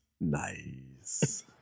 nice